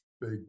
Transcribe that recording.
big